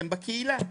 הם בקהילה,